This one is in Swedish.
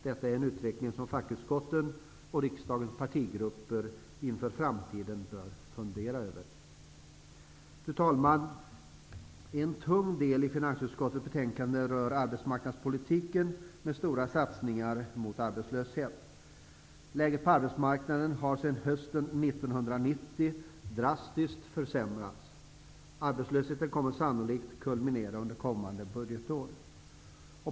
Detta är en utveckling som fackutskotten och riksdagens partigrupper inför framtiden bör fundera över. Fru talman! En tung del i finansutskottets betänkande rör arbetsmarknadspolitiken, med stora satsningar mot arbetslösheten. Läget på arbetsmarknaden har sedan hösten 1990 drastiskt försämrats. Arbetslösheten kommer sannolikt att kulminera under kommande budgetår.